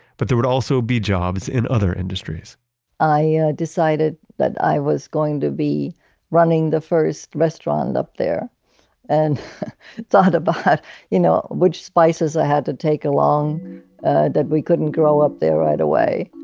but there would also be jobs in other industries i yeah decided that i was going to be running the first restaurant up there and thought about but you know which spices i had to take along that we couldn't grow up there right away.